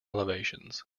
elevations